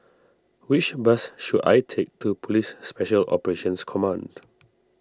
which bus should I take to Police Special Operations Command